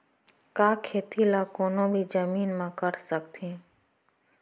का खेती ला कोनो भी जमीन म कर सकथे?